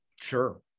Sure